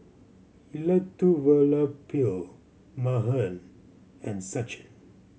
Elattuvalapil Mahan and Sachin